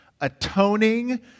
atoning